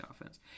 offense